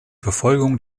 verfolgung